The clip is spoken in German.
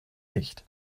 nicht